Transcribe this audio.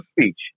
speech